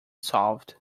solved